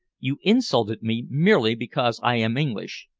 you insulted me merely because i am english.